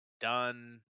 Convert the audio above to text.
done